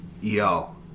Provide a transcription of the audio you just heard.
Yo